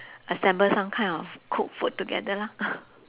assemble some kind of cook food together lah